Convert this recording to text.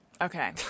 Okay